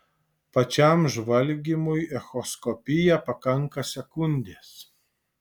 pačiam žvalgymui echoskopija pakanka sekundės